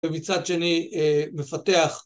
ומצד שני מפתח